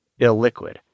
illiquid